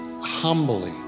humbly